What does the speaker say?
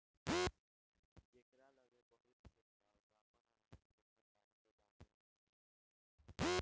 जेकरा लगे बहुत खेत बा उ आपन अनाज के सरकारी गोदाम में रखेला